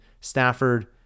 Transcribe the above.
Stafford